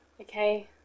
okay